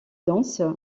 danse